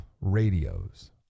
radios